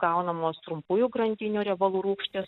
gaunamos trumpųjų grandinių riebalų rūgštys